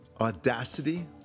Audacity